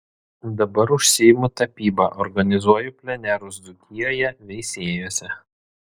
dabar užsiima tapyba organizuoja plenerus dzūkijoje veisiejuose